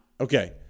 okay